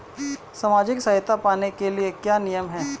सामाजिक सहायता पाने के लिए क्या नियम हैं?